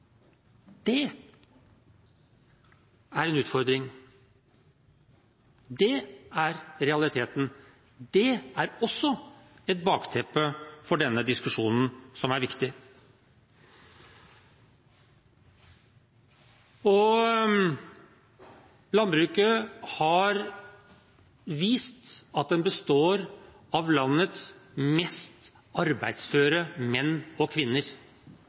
Det er en utfordring. Det er realiteten. Det er også et bakteppe som er viktig for denne diskusjonen. Landbruket har vist at det består av landets mest arbeidsføre menn og kvinner.